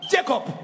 Jacob